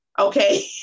okay